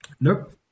Nope